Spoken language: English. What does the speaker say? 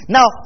Now